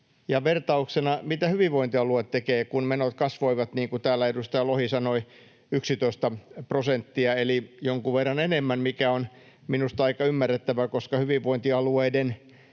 Ja vertauksena: mitä hyvinvointialue tekee, kun menot kasvoivat, niin kuin täällä edustaja Lohi sanoi, 11 prosenttia eli jonkun verran enemmän? Se on minusta aika ymmärrettävää, koska hyvinvointialueiden